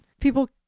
People